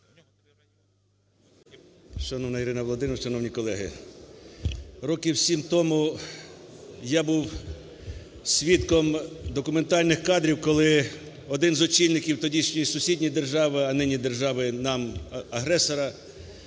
Шановна Ірина Володимирівна! Шановні колеги! Років сім тому я був свідком документальних кадрів, коли один з очільників тодішньої сусідньої держави, а нині держави нам агресора,